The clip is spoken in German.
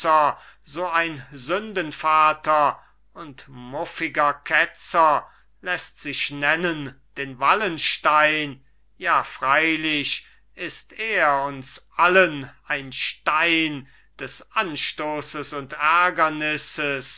so ein sündenvater und muffiger ketzer läßt sich nennen den wallenstein ja freilich ist er uns allen ein stein des anstoßes und ärgernisses